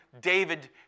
David